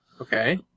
Okay